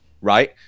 right